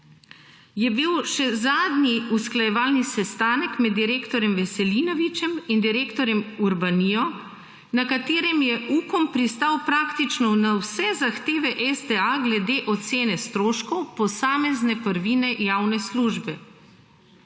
je bil še zadnji usklajevalni sestanek med direktorjem Veselinovičem in direktorjem Urbanijo, na katerem je Ukom pristal praktično na vse zahteve STA glede ocene stroškov posamezne prvine javne službe.